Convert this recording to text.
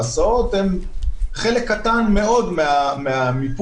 ההסעות הן חלק קטן מאוד מהמיפוי.